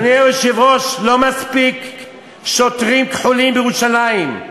אדוני היושב-ראש, אין די בשוטרים כחולים בירושלים,